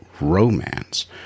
romance